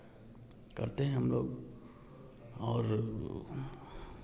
करते हैं हम लोग और